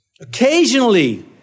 Occasionally